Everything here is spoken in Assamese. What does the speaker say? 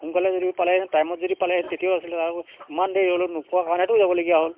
সোনকালে যদি পালেহেঁতেন টাইমত যদি পালেহেঁতেন তেতিয়াও আছিলে আৰু ইমান দেৰি ৰ'লো নোপোৱা কাৰণেটো যাবলগীয়া হ'ল